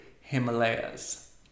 Himalayas